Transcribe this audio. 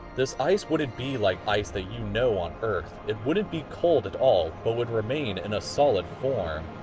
this ice wouldn't be like ice that you know on earth. it wouldn't be cold at all, but would remain in a solid form.